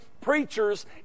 preachers